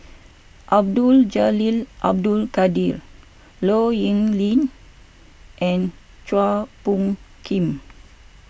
Abdul Jalil Abdul Kadir Low Yen Ling and Chua Phung Kim